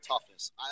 toughness